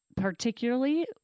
particularly